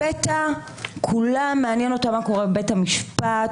לפתע את כולם מעניין מה קורה בבית המשפט,